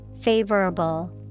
Favorable